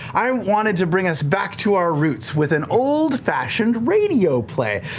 i wanted to bring us back to our roots with an old-fashioned radio play.